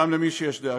גם מי שיש לו דאגה.